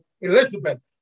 Elizabeth